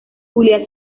julia